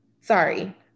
sorry